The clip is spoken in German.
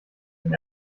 dem